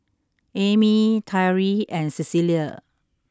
Amie Tyree and Cecilia